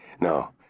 No